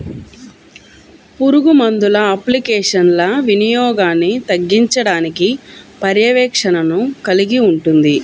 పురుగుమందుల అప్లికేషన్ల వినియోగాన్ని తగ్గించడానికి పర్యవేక్షణను కలిగి ఉంటుంది